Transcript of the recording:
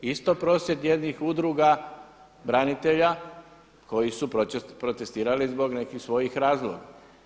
Isto prosvjed jednih udruga branitelja koji su protestirali zbog nekih svojih razloga.